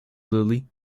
lily